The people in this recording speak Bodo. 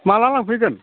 माब्ला लांफैगोन